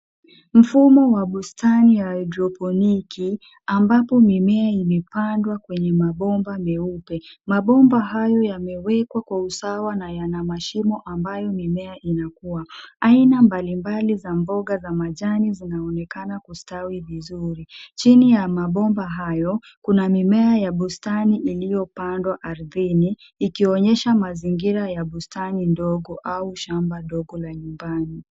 Mfumo wa bustani ya haidroponiki ambapo mimea imepandwa kwenye mabomba meupe. Mabomba hayo yamewekwa kwa usawa na yana mashimo ambayo mimea inakuwa. Aina mbalimbali za mboga za majani zinaonekana kustawi vizuri. Chini ya mabomba hayo kuna mimea ya bustani iliyopandwa ardhini ikionyesha mazingira ya bustani ndogo au shamba ndogo la nyumbani.